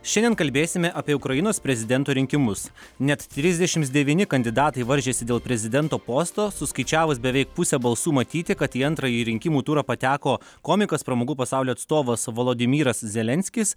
šiandien kalbėsime apie ukrainos prezidento rinkimus net trisdešims devyni kandidatai varžėsi dėl prezidento posto suskaičiavus beveik pusę balsų matyti kad į antrąjį rinkimų turą pateko komikas pramogų pasaulio atstovas vladimiras zelenskis